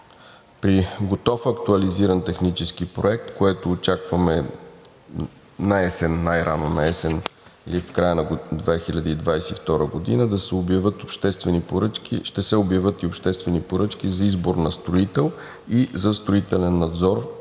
При готов актуализиран технически проект, което очакваме най-рано наесен и в края на 2022 г., ще се обявят обществени поръчки за избор на строител и строителен надзор